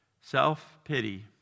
self-pity